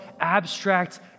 abstract